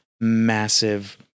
massive